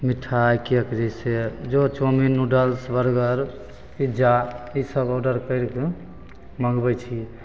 मिठाइ केक जइसे जो चाउमिन नूडल्स बर्गर पिज्जा ईसब ऑडर करिके मँगबै छी